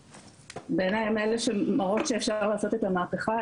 בעיניי זה מראות שאפשר לעשות איתם מהפכה.